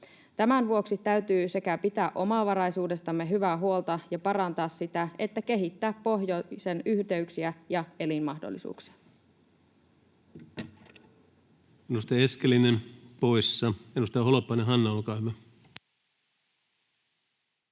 Tämän vuoksi täytyy sekä pitää omavaraisuudestamme hyvää huolta ja parantaa sitä että kehittää pohjoisen yhteyksiä ja elinmahdollisuuksia.